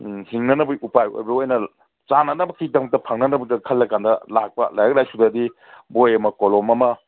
ꯍꯤꯡꯅꯅꯕꯒꯤ ꯎꯄꯥꯏ ꯑꯣꯏꯕ ꯑꯣꯏꯅ ꯆꯥꯅꯅꯕꯒꯤꯗꯃꯛꯇ ꯐꯪꯅꯅꯕꯩꯗꯃꯛꯇ ꯈꯜꯂꯀꯥꯟꯗ ꯂꯥꯛꯄ ꯂꯥꯏꯔꯤꯛ ꯂꯥꯏꯁꯨꯗꯗꯤ ꯕꯣꯏ ꯑꯃ ꯀꯣꯂꯣꯝ ꯑꯃ